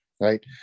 Right